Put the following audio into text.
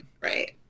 right